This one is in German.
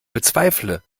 bezweifle